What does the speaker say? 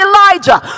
Elijah